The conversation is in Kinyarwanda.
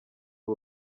ari